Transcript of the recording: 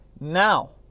Now